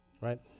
right